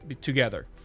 together